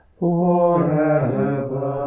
forever